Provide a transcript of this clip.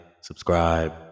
subscribe